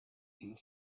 herr